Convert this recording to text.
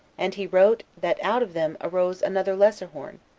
and he wrote that out of them arose another lesser horn,